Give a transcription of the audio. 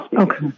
Okay